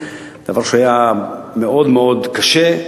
דבר שהיה מאוד מאוד קשה,